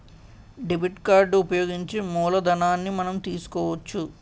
debit card ఉపయోగించి మూలధనాన్ని మనం తీసుకోవచ్చు